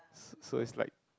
so it's like